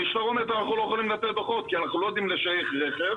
המשטרה אומרת: אנחנו לא יכולים לתת דוחות כי אנחנו לא יודעים לשייך רכב